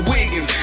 Wiggins